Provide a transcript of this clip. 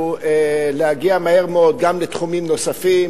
להגיע מהר מאוד גם לתחומים נוספים.